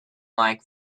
like